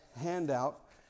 handout